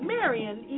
Marion